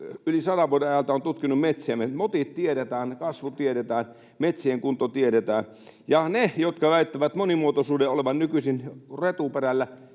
yli sadan vuoden ajalta on tutkinut metsiämme, ja motit tiedetään, kasvu tiedetään, metsien kunto tiedetään, ja ne, jotka väittävät monimuotoisuuden olevan nykyisin retuperällä: